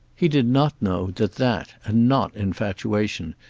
he did not know that that, and not infatuation,